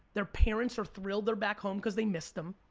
their parents are thrilled they're back home cause they missed them.